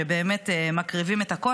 שבאמת מקריבים את הכול.